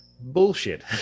Bullshit